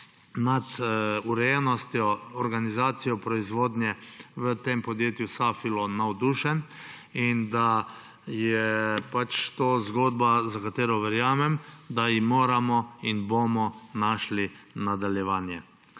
nad urejenostjo, organizacijo proizvodnje v tem podjetju Safilo navdušen in da je to zgodba, za katero verjamem, da ji moramo najti – in bomo našli – nadaljevanje.